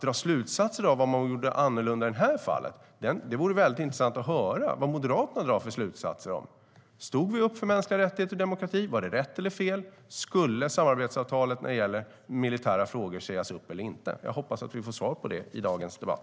Det vore väldigt intressant att höra vad Moderaterna drar för slutsatser. Stod vi upp för mänskliga rättigheter och demokrati? Var det rätt eller fel? Skulle samarbetsavtalet när det gäller militära frågor sägas upp eller inte? Jag hoppas att vi får svar på det i dagens debatt.